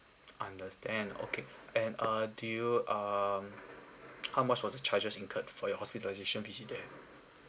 understand okay and err do you um how much was the charges incurred for your hospitalisation visit there